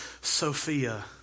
Sophia